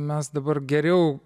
mes dabar geriau